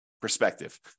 Perspective